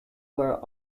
were